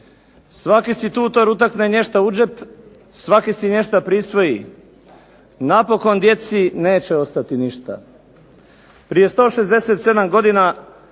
razumije se./… utakne nešta u džep, svaki si nešta prisvoji, napokon djeci neće ostati ništa. Prije 167 godina